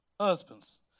husbands